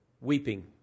weeping